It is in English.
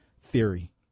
theory